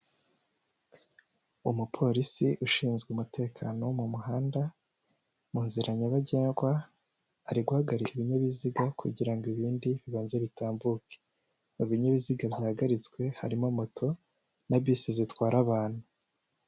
Umupolisi ushinzwe umutekano wo mu muhanda mu nzira nyabagendwa, ari guhagarika ibinyabiziga kugirango ibindi bibanza bitambuke, mu binyabiziga byahagaritswe harimo moto na bisi zitwara abantu.